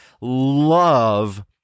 Love